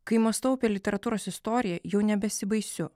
kai mąstau apie literatūros istoriją jau nebesibaisiu